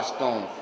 Stone